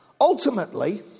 Ultimately